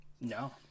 No